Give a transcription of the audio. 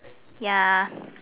ya